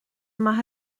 maith